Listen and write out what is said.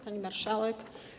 Pani Marszałek!